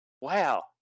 wow